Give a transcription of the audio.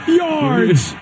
yards